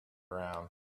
ground